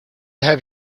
have